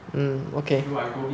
mm okay